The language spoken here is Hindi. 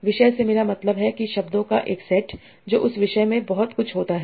विषय से मेरा मतलब है कि शब्दों का एक सेट जो उस विषय में बहुत कुछ होता है